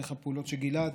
דרך הפעולות של גלעד,